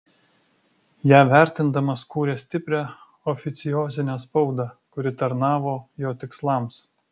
ją vertindamas kūrė stiprią oficiozinę spaudą kuri tarnavo jo tikslams